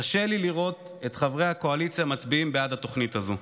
קשה לי לראות את חברי הקואליציה מצביעים בעד התוכנית הזו.